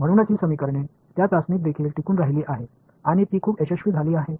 म्हणूनच ही समीकरणे त्या चाचणीत देखील टिकून राहिली आहेत आणि ती खूप यशस्वी झाली आहेत